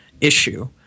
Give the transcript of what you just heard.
issue